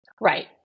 Right